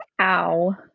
Ow